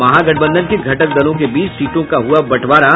महागठबंधन के घटक दलों के बीच सीटों का हुआ बंटवारा